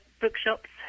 bookshops